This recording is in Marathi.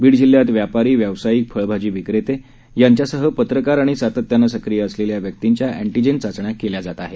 बीड जिल्ह्यात व्यापारी व्यावसायिक फळ भाजी विक्रेते यांच्यासह पत्रकार आणि सातत्यानं सक्रीय असलेल्या व्यक्तींच्या अँटीजेन चाचण्या केल्या जात आहेत